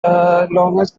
longest